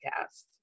cast